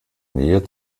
nähe